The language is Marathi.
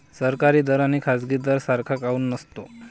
सरकारी दर अन खाजगी दर सारखा काऊन नसतो?